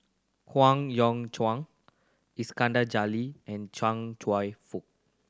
Howe Yoon Chong Iskandar Jalil and Chia Cheong Fook